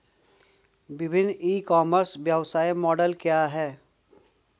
विभिन्न e commerce व्यवसाय model क्या हैं?